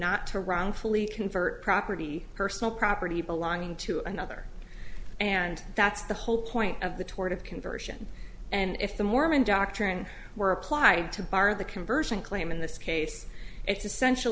not to wrongfully convert property personal property belonging to another and that's the whole point of the tort of conversion and if the mormon doctrine were apply to bar the conversion claim in this case it's essential